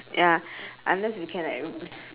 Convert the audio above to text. ya unless we can like